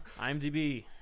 IMDb